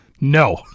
No